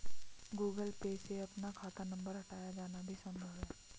Google Pay से अपना खाता नंबर हटाया जाना भी संभव है